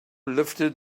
lifted